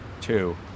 Two